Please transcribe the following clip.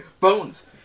bones